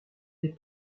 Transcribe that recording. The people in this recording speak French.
les